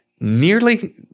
nearly